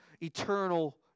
eternal